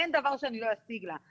ואין דבר שאני לא אשיג לה.